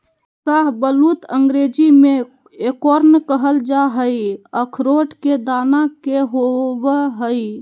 शाहबलूत अंग्रेजी में एकोर्न कहल जा हई, अखरोट के दाना के होव हई